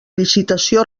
licitació